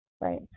right